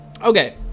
okay